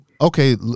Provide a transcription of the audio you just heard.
okay